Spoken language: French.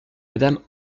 madame